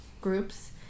groups